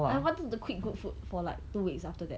I want to quit good food for like two weeks after that